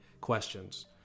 questions